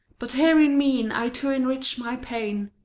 but herein mean i to enrich my pain,